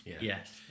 yes